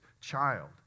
child